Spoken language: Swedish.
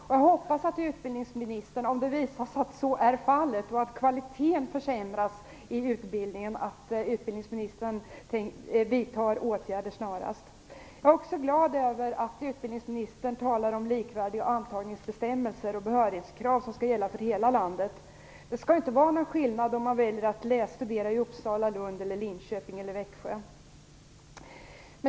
Om det visar sig att så är fallet och att kvaliteten försämras i utbildningen, hoppas jag att utbildningsministern så snart som möjligt vidtar åtgärder. Jag är också glad över att utbildningsministern talar om likvärdiga antagningsbestämmelser och behörighetskrav som skall gälla för hela landet. Det skall inte vara någon skillnad om man väljer att studera i Uppsala, Lund, Linköping eller Växjö.